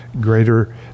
greater